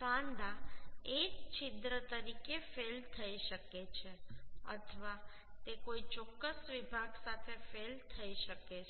સાંધા એક છિદ્ર તરીકે ફેઈલ થઈ શકે છે અથવા તે કોઈ ચોક્કસ વિભાગ સાથે ફેઈલ થઈ શકે છે